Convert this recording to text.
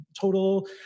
total